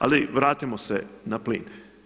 Ali vratimo se za plin.